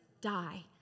die